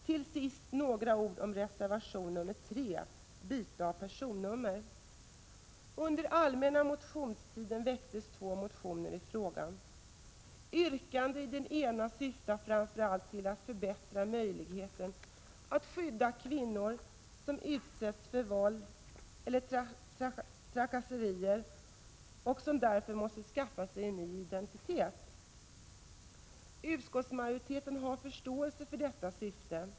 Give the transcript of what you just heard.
Till sist några ord om reservation nr 3, byte av personnummer. Under allmänna motionstiden väcktes två motioner i frågan. Yrkandet i den ena syftar framför allt till att förbättra möjligheterna att skydda kvinnor som utsätts för våld eller trakasserier och som därför måste skaffa sig en ny identitet. Utskottsmajoriteten har förståelse för detta syfte.